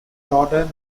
daughter